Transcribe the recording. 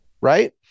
Right